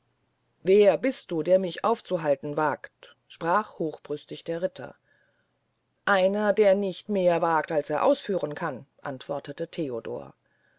wer bist du der mich aufzuhalten wagt sprach hochbrüstig der ritter einer der nicht mehr wagt als er ausführen kann antwortete theodor